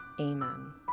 Amen